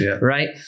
right